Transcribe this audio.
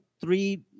three